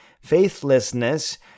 faithlessness